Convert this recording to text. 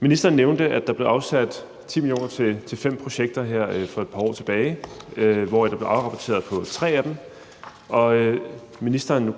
Ministeren nævnte, at der blev afsat 10 mio. kr. til fem projekter her for et par år tilbage, hvoraf der er blevet afrapporteret på tre af dem. Nu